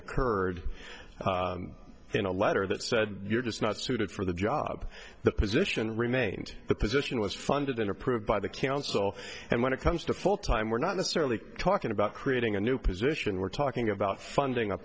occurred in a letter that said you're just not suited for the job the position remained the position was funded and approved by the council and when it comes to full time we're not necessarily talking about creating a new position we're talking about funding a